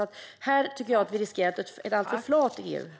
Vi riskerar att EU har en alltför flat hållning här.